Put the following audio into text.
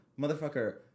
motherfucker